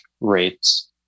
rates